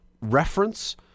reference